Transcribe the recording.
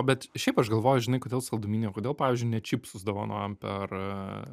bet šiaip aš galvoju žinai kodėl saldumynai o kodėl pavyzdžiui ne čipsus dovanojam per